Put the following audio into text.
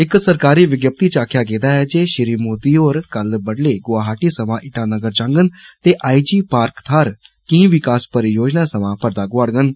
इक सरकारी विज्ञपित च आक्खेआ गेदा ऐ जे श्री मोदी होर कल्ल बडुलै गुहाटी सवां ईटानगर जांगन ते आई जी पार्क थाहर केई विकास परियोजनाएं सवां पर्दा गुआडगंन